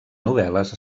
novel·les